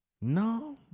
no